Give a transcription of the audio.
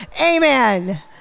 Amen